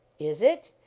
is it?